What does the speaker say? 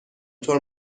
طور